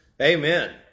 Amen